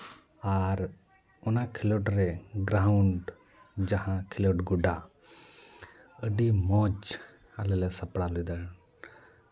ᱟᱨ ᱚᱱᱟ ᱠᱷᱮᱞᱳᱰ ᱨᱮ ᱜᱨᱟᱣᱩᱱᱰ ᱡᱟᱦᱟᱸ ᱠᱷᱮᱞᱳᱰ ᱜᱚᱰᱟ ᱟᱹᱰᱤ ᱢᱚᱡᱽ ᱟᱞᱮ ᱞᱮ ᱥᱟᱯᱲᱟᱣ ᱞᱮᱫᱟ